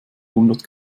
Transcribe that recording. hundert